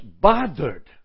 bothered